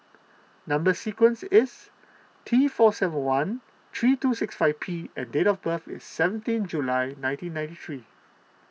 Number Sequence is T four seven one three two six five P and date of birth is seventeen July nineteen ninety three